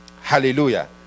Hallelujah